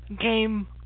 game